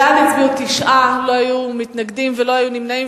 בעד הצביעו תשעה, לא היו מתנגדים ולא היו נמנעים.